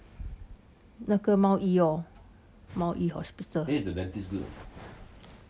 那个 mount E 哦 mount E hospital